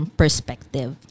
perspective